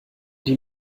die